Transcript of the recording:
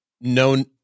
no